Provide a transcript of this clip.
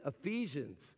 Ephesians